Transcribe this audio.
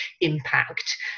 impact